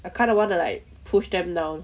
I kinda wanna like push them down